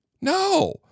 No